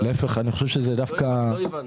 לא הבנתי.